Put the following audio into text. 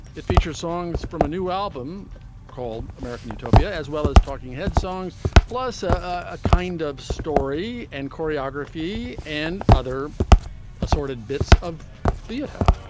it features songs from a new album called american utopia as well as talking heads songs plus ah a kind of story and choreography and other assorted bits of theater.